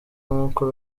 nkuko